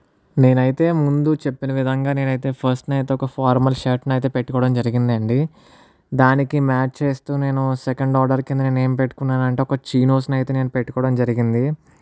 నేనైతే ముందు చెప్పిన విధంగా నేనైతే ఫస్ట్ అయితే నేను ఒక ఫార్మర్ షట్ అయితే పెట్టుకోవడం జరిగిందండీ దానికి మ్యాచ్ చేస్తూ నేను సెకండ్ ఆర్డర్ కింద నేనేం పెట్టుకున్నానంటే ఒక చినోస్ అయితే నేను పెట్టుకోవడం జరిగింది